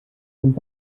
und